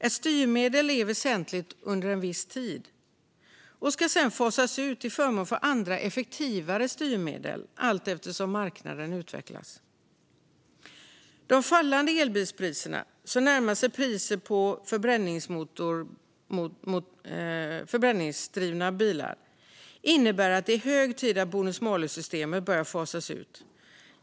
Ett styrmedel är väsentligt under en viss tid och ska sedan fasas ut till förmån för andra, effektivare, styrmedel allteftersom marknaden utvecklas. De fallande elbilspriserna, som närmar sig priset på förbränningsmotordrivna bilar, innebär att det är hög tid att bonus malus-systemet börjar fasas ut.